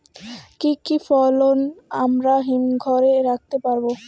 কি কি ফসল আমরা হিমঘর এ রাখতে পারব?